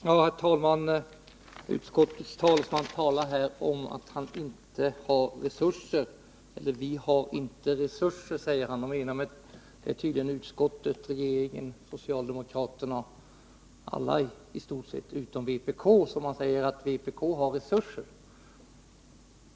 Herr talman! Utskottets talesman säger här att ”vi har inte resurser”. Med det menar han tydligen utskottet, regeringen och socialdemokraterna—i stort sett alla utom vpk, som han säger har resurser.